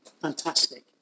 Fantastic